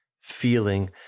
feeling